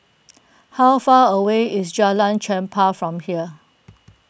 how far away is Jalan Chempah from here